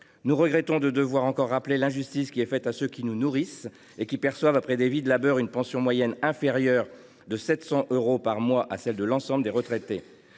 Nous regrettons de devoir de nouveau rappeler l’injustice qui est faite à ceux qui nous nourrissent lorsqu’ils perçoivent, après une vie de labeur, une pension inférieure de 700 euros en moyenne par mois à celle de l’ensemble des retraités.